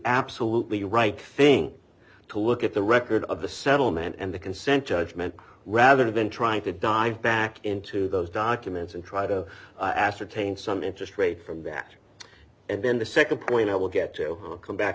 absolutely right thing to look at the record of the settlement and the consent judgment rather than trying to dive back into those documents and try to ascertain some interest rate from the act and then the nd point i will get to come back